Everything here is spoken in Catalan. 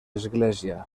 església